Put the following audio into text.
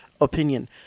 opinion